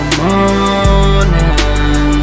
morning